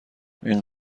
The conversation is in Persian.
این